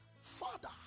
Father